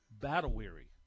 battle-weary